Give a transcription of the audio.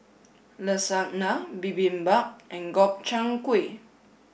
Lasagna Bibimbap and Gobchang Gui